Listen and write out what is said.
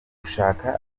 gushaka